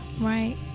Right